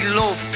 love